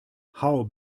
hau